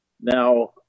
Now